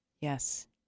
Yes